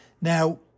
Now